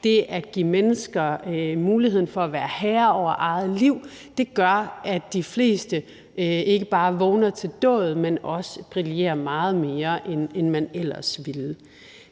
Det at give mennesker muligheden for at være herrer over eget liv gør, at de fleste ikke bare vågner til dåd, men at de også brillerer meget mere, end de ellers ville.